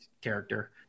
character